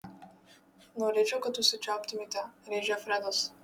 norėčiau kad užsičiauptumėte rėžia fredas